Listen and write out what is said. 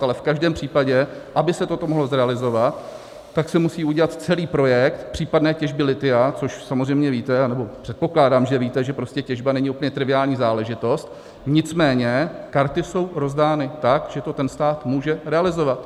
Ale v každém případě, aby se to mohlo realizovat, tak se musí udělat celý projekt případné těžby lithia, což samozřejmě víte, nebo předpokládám, že víte, že prostě těžba není úplně triviální záležitost, nicméně karty jsou rozdány tak, že to stát může realizovat.